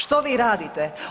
Što vi radite?